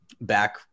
back